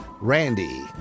Randy